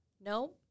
No